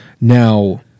Now